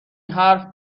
حرف